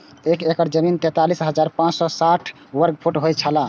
एक एकड़ जमीन तैंतालीस हजार पांच सौ साठ वर्ग फुट होय छला